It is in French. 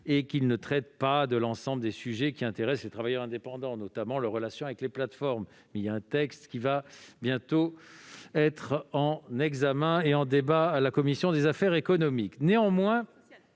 et qu'il ne traite pas de l'ensemble des sujets qui intéressent les travailleurs indépendants, notamment leurs relations avec les plateformes. Un texte à ce sujet devrait bientôt être examiné par la commission des affaires sociales. Néanmoins,